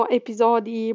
episodi